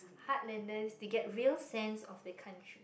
heartlanders they get real sense of the country